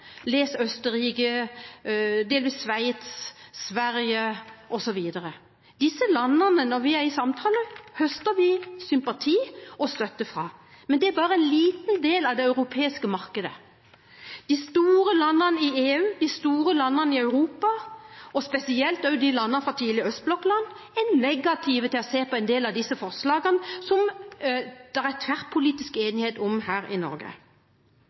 Østerrike, delvis Sveits, Sverige osv., for disse landene, når vi er samtaler med dem, høster vi sympati og støtte fra. Men det er bare en liten del av det europeiske markedet. De store landene i EU, de store landene i Europa, og spesielt tidligere østblokkland, er negative til å se på en del av disse forslagene, som det er tverrpolitisk enighet om her i Norge. Så igjen: Det må nødvendigvis ta litt lengre tid når ikke Norge